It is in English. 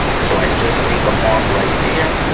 so i just make a mark right there,